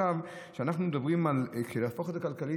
כשאנחנו מדברים על להפוך את זה לכלכלי,